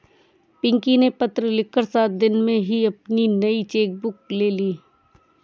पिंकी ने पत्र लिखकर सात दिन में ही अपनी नयी चेक बुक ले ली